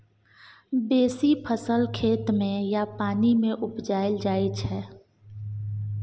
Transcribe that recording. बेसी फसल खेत मे या पानि मे उपजाएल जाइ छै